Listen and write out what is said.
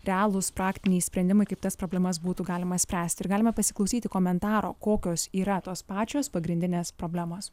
realūs praktiniai sprendimai kaip tas problemas būtų galima spręsti ir galima pasiklausyti komentaro kokios yra tos pačios pagrindinės problemos